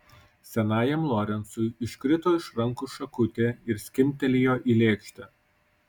senajam lorencui iškrito iš rankų šakutė ir skimbtelėjo į lėkštę